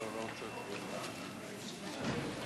ההצעה להעביר את הצעת חוק לתיקון פקודת